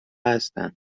هستن